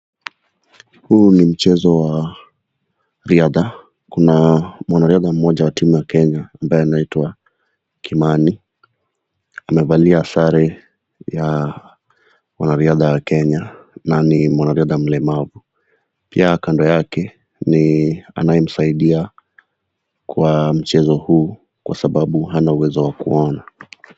Huu ni mchezo wa riatha. Kuna mwanariadha mmoja wa timu ya Kenya anaitwa Kimani. Amevalia sare ya wanariatha wa Kenya na ni mwanariatha mlemavu. Pia kando yake ni amayemsaidia kwa mchezo huu kwa sababu Hana uwezo wa kuona.